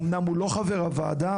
אמנם הוא לא חבר הוועדה,